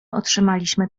otrzymaliśmy